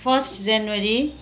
first January